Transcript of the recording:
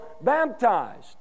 baptized